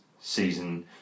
season